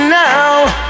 now